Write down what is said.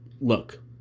look